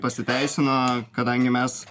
pasiteisino kadangi mes